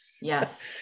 Yes